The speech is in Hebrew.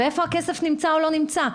ואיפה הכסף נמצא או לא נמצא.